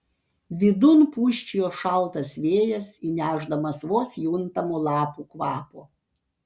vidun pūsčiojo šaltas vėjas įnešdamas vos juntamo lapų kvapo